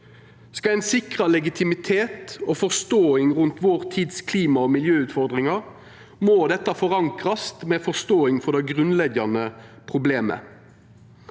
Skal ein sikra legitimitet og forståing rundt vår tids klima- og miljøutfordringar, må dette forankrast med forståing for det grunnleggjande problemet.